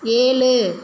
ஏழு